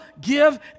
give